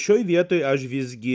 šioj vietoj aš visgi